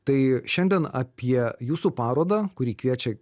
tai šiandien apie jūsų parodą kuri kviečia